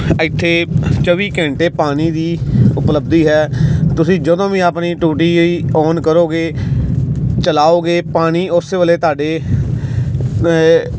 ਐਥੇ ਚੌਵੀ ਘੰਟੇ ਪਾਣੀ ਦੀ ਉਪਲੱਬਧੀ ਹੈ ਤੁਸੀਂ ਜਦੋਂ ਵੀ ਆਪਣੀ ਟੂਟੀ ਜਿਹੀ ਓਨ ਕਰੋਗੇ ਚਲਾਓਗੇ ਪਾਣੀ ਉਸ ਵੇਲੇ ਤੁਹਾਡੇ